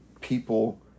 people